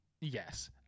Yes